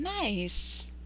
Nice